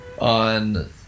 on